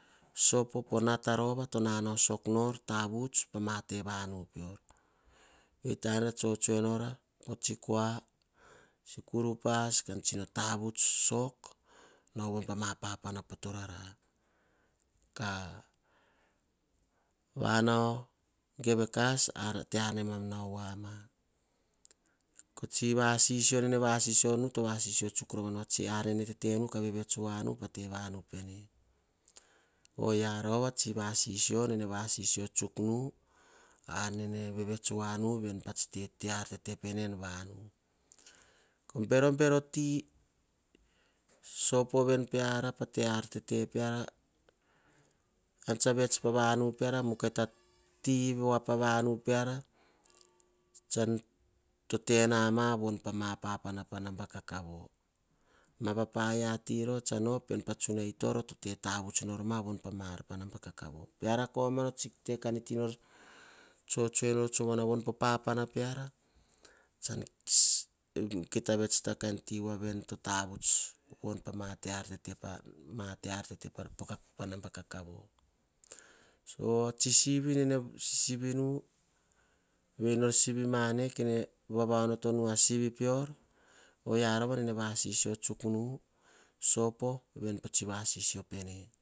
Sopopo nata rova to nanao tavuts pah nata rova vetane nara tsotsoe nora oh tsikua. Vavatuts upas, kah nao none pama papa na poto rara, kavanao ge ve kas, ar nara nauo voama. Koh tsi vasisio nene vasisio nu nene vevets tsuk pane vevets voa nu en vanu pene, oyia rova oh tsi vasisio nene vasisio tsuk nu ar nene tete voanu en vanu. Berobero ti veni peara pah vanu nu peara. Tokita tenama pah vanu poh torara, ma paia ti rova pa tsutsunai toro. To tetavuts norma pavanu pah namba kakavo. Peara koma oh kanita nor tsotsoe voni poh papana peara tsan kita vets tah kain ti buanavi totavut. Pamate ar tete pah wamba kakavo, a tsi sivi, nor sivi, yei nene vava onotonu ah sivi nor sivi